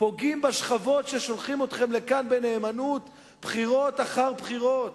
פוגעים בשכבות ששולחות אתכם לכאן בנאמנות בחירות אחר בחירות.